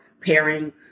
pairing